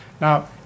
now